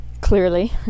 clearly